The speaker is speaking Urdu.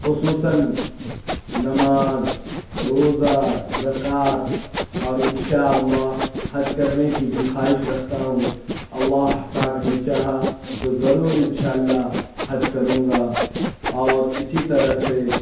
خصوصاً نماز روزہ زکوٰۃ اور اِنشاء اللہ حج کرنے کی بھی خواہش رکھتا ہوں اللہ پاک نے چاہا تو ضرور اِنشاء اللہ حج کروں گا اور اِسی طرح سے